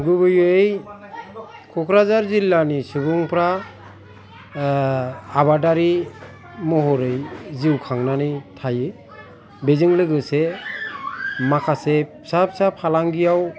गुबैयै क'क्राझार जिल्लानि सुबुंफ्रा आबादारि महरै जिउ खांनानै थायो बेजों लोगोसे माखासे फिसा फिसा फालांगिआव